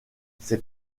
ces